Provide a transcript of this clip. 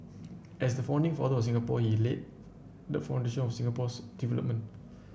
as the founding father of Singapore he laid the foundation for Singapore's development